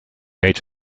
age